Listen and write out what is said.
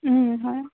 হয়